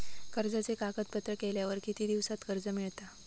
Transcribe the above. कर्जाचे कागदपत्र केल्यावर किती दिवसात कर्ज मिळता?